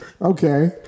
Okay